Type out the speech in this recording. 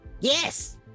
Yes